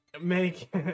make